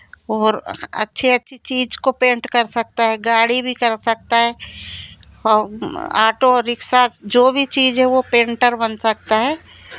और अच्छे अच्छी चीज़ को पेंट कर सकता है गाड़ी भी कर सकता है ऑटो रिक्शा जो भी चीज़ है वो पेंटर बन सकता है